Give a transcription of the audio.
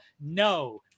no